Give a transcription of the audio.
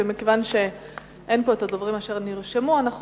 ומכיוון שהדוברים אשר נרשמו אינם פה,